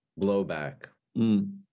blowback